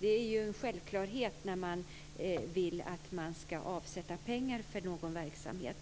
Det är ju en självklarhet när man vill avsätta pengar för någon verksamhet.